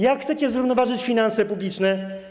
Jak chcecie zrównoważyć finanse publiczne?